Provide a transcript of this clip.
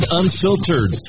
unfiltered